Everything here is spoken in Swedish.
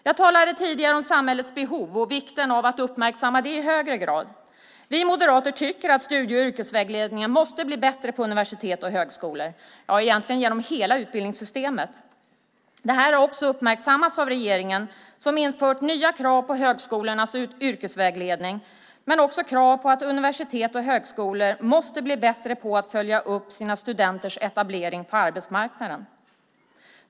Jag talade tidigare om samhällets behov och vikten av att uppmärksamma dem i högre grad. Vi moderater tycker att studie och yrkesvägledningen måste bli bättre på universitet och högskolor, ja, egentligen genom hela utbildningssystemet. Det här har också uppmärksammats av regeringen, som infört nya krav på högskolornas yrkesvägledning men också krav på att universitet och högskolor måste bli bättre på att följa upp sina studenters etablering på arbetsmarknaden.